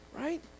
Right